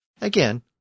Again